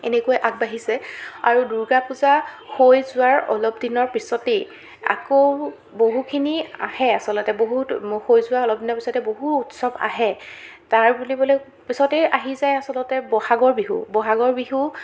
এনেকৈ আগবাঢ়িছে আৰু দূৰ্গা পূজা হৈ যোৱাৰ অলপ দিনৰ পিছতেই আকৌ বহুখিনি আহে আচলতে বহুত হৈ যোৱা অলপ দিনৰ পিছতেই বহু উৎসৱ আহে তাৰ বুলিবলৈ পিছতেই আহি যায় আচলতে বহাগৰ বিহু বহাগৰ বিহু